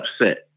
upset